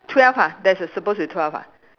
twelve ah there's a supposed to be twelve ah